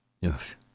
Yes